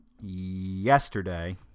yesterday